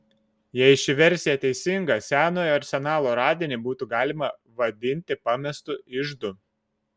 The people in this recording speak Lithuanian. jei ši versija teisinga senojo arsenalo radinį būtų galima vadinti pamestu iždu